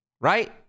Right